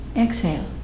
exhale